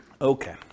Okay